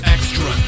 Extra